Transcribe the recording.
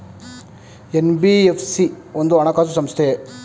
NBFC ಒಂದು ಹಣಕಾಸು ಸಂಸ್ಥೆಯೇ?